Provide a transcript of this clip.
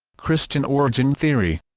christian origin theory